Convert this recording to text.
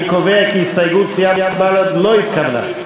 אני קובע כי הסתייגות סיעת בל"ד לא התקבלה.